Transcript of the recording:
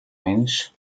mensch